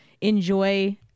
enjoy